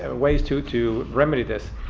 ah ways to to remedy this.